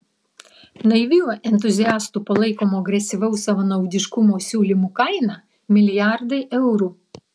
naivių entuziastų palaikomo agresyvaus savanaudiškumo siūlymų kaina milijardai eurų